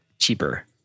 cheaper